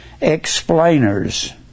explainers